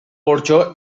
porxo